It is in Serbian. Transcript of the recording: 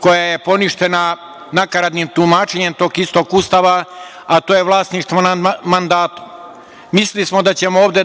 koja je poništena nakaradnim tumačenjem tog istog Ustava, a to je vlasništvo nad mandatom. Mislili smo da ćemo ovde,